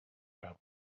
about